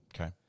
Okay